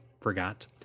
forgot